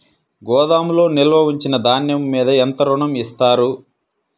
గోదాములో నిల్వ ఉంచిన ధాన్యము మీద ఎంత ఋణం ఇస్తారు?